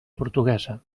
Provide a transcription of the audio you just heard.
portuguesa